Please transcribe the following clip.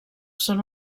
són